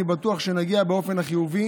אני בטוח שנגיע באופן חיובי